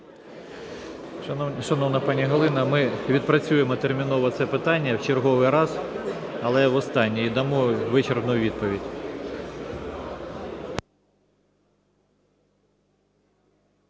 Шановна пані Галина, ми відпрацюємо терміново це питання в черговий раз, але в останній, і дамо вичерпну відповідь.